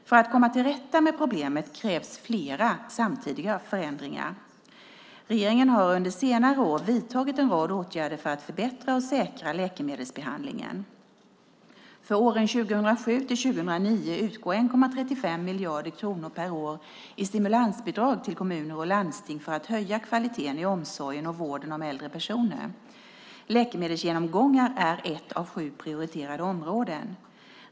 För att komma till rätta med problemet krävs flera samtidiga förändringar. Regeringen har under senare år vidtagit en rad åtgärder för att förbättra och säkra läkemedelsbehandlingen. För åren 2007 till 2009 utgår 1,35 miljarder kronor per år i stimulansbidrag till kommuner och landsting för att höja kvaliteten i omsorgen och vården om äldre personer. Läkemedelsgenomgångar är ett av sju prioriterade områden.